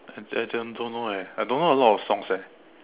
I I don't don't know eh I don't know a lot of song eh